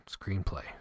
screenplay